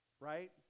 Right